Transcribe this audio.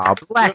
Bless